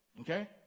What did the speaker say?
okay